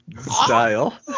style